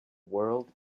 world